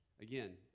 again